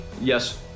Yes